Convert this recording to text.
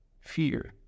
Fear